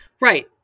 Right